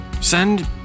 Send